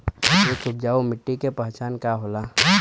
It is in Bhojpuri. एक उपजाऊ मिट्टी के पहचान का होला?